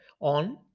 on